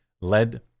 led